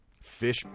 Fish